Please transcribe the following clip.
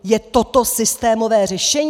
Je toto systémové řešení?